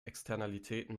externalitäten